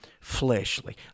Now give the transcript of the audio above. fleshly